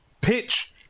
pitch